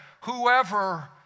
whoever